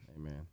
Amen